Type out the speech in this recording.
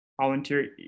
volunteer